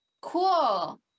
cool